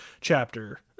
chapter